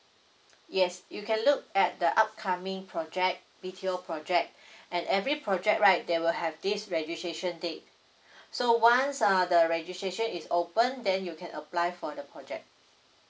yes you can look at the upcoming project detailed project and every project right there will have this registration date so once err the registration is open then you can apply for the project